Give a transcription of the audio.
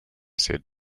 said